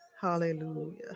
Hallelujah